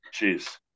jeez